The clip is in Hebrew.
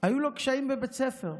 היו לו קשיים בבית הספר,